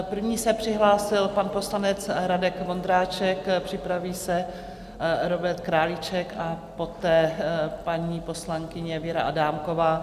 První se přihlásil pan poslanec Radek Vondráček, připraví se Robert Králíček a poté paní poslankyně Věra Adámková.